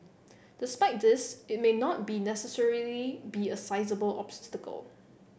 despite this it may not necessarily be a sizeable obstacle